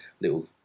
little